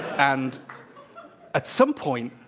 and at some point,